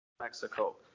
Mexico